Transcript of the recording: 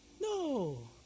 No